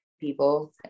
People